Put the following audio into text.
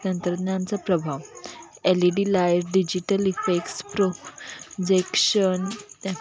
तंत्रज्ञानाचा प्रभाव L E D light digital effects projection त्या